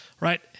right